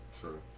True